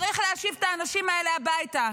צריך להשיב את האנשים האלה הביתה.